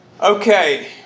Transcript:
Okay